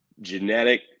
Genetic